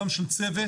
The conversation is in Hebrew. גם של צוות,